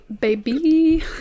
Baby